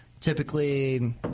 Typically